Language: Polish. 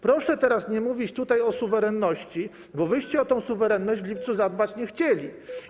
Proszę teraz nie mówić tutaj o suwerenności, bo wyście o tę suwerenność w lipcu zadbać nie chcieli.